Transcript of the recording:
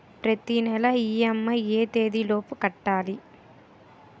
ప్రతినెల ఇ.ఎం.ఐ ఎ తేదీ లోపు కట్టాలి?